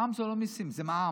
מע"מ זה לא מיסים, זה מע"מ.